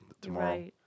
tomorrow